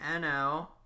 NL